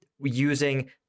using